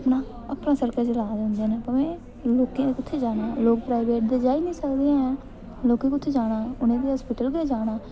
अपना सर्कल चला दे होंदे न लोकें कुत्थै जाना लोकें प्राइवेट ते जाई निं सकदे हैन लोकें कुत्थै जाना उ'नें हस्पिटल गै जाना ऐ